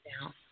down